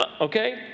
okay